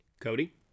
Cody